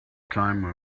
time